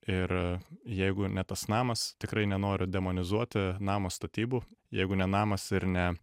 ir jeigu ne tas namas tikrai nenoriu demonizuoti namo statybų jeigu ne namas ir ne